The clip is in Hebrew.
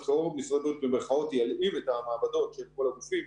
חירום משרד הבריאות "ילאים" את המעבדות של כל הגופים